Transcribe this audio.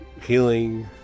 healing